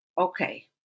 Okay